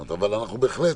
אבל בהחלט,